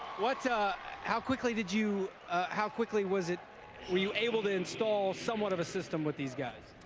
what ah how quickly did you how quickly was it were you able to install somewhat of a system with these guys?